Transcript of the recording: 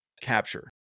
capture